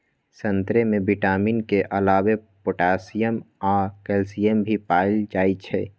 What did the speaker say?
संतरे में विटामिन के अलावे पोटासियम आ कैल्सियम भी पाएल जाई छई